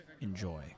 enjoy